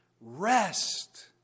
rest